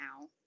now